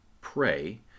pray